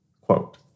quote